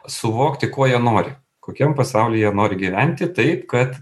suvokti ko jie nori kokiam pasauly jie nori gyventi taip kad